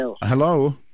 Hello